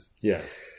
Yes